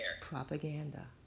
Propaganda